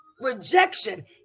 Rejection